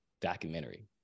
documentary